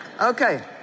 Okay